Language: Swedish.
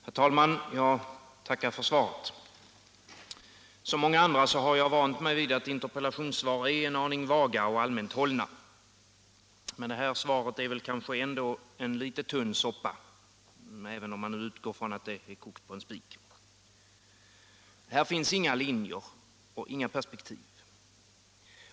Herr talman! Jag tackar för svaret. Som många andra har jag vant mig vid att interpellationssvar är en aning vaga och allmänt hållna. Men detta svar är väl ändå en litet tunn soppa, även om man utgår från att den är kokt på en spik! Här finns inga linjer, inga perspektiv.